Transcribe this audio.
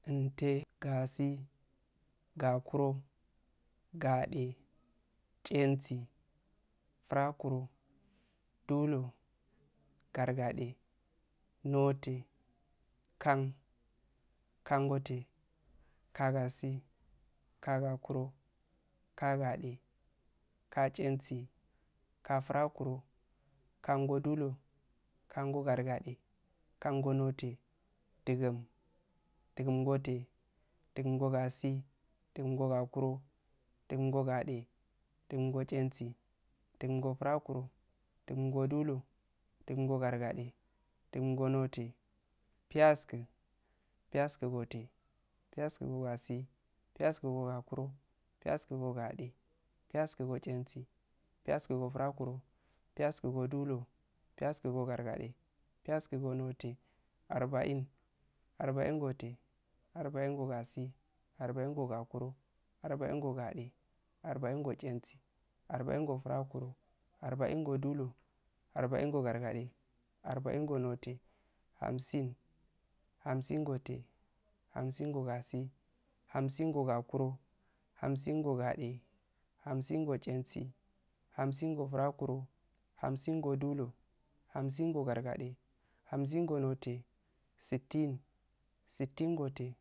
Intte, gasi, gakuro, gade, tchengi, frauro, dulhu, sargade nohteh, kkam kkan-goteh kka-gasi, kka-gokuro, kka-gade, kka-tchensi, kka-frakuroh, kkangodulhu, kango-gargade, kango-npoteh, duggum, duggum-goteh, duggum-gogagi, duggum-gogakuro, dussumngo gade,, duggun-ngotcheugi, duggum frakuro, duggum ngodulhu, duggum ngo girgade, duggun go noteh, piyaskku, piyasku go teh, piyasku go gasi, piyasku go gokuro, piyasku go gade, piyasku go tchengi, piyasku go frakwro, piyasku godulhu, piyasku gogargade, piyasku gonoteh, arbbain teh, arbbain gogasi, arbbain gogakuro, arbbain gogade, arbbain gotchengi, arbbain gofrakuro, arbbain godulhu, arbbain gosargade, arbbain go noteh, hamssin, hamssin go teh, hamssin go dasi, hamssin go gakuro, hamssin go gade, hamssin go tchensi, hamssin go frakuro, hamssin go dulhu, hamssin go gargade,, hamssin go noteh, sittin, sittin go teh